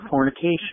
fornication